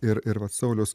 ir ir vat sauliaus